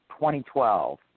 2012